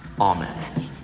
Amen